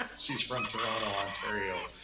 ah she's from toronto, ontario,